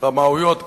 רמאויות קטנות,